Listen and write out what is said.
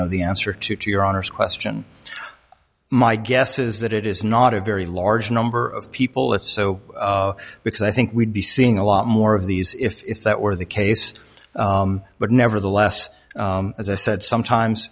know the answer to your honor's question my guess is that it is not a very large number of people if so because i think we'd be seeing a lot more of these if that were the case but nevertheless as i said sometimes